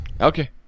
Okay